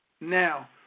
Now